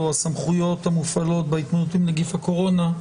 או הסמכויות המופעלות בהתמודדות עם נגיף הקורונה,